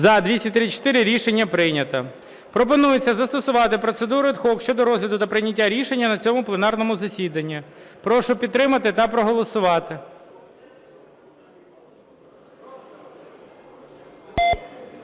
За-234 Рішення прийнято. Пропонується застосувати процедуру ad hoc щодо розгляду та прийняття рішення на цьому пленарному засіданні. Прошу підтримати та проголосувати.